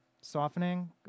Softening